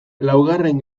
laugarren